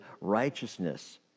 righteousness